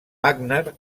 wagner